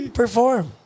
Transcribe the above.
perform